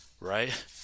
right